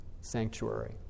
sanctuary